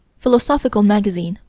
philosophical magazine,